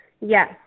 Yes